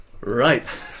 right